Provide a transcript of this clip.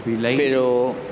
pero